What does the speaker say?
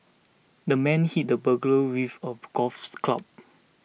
the man hit the burglar with a golf club